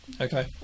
Okay